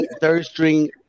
third-string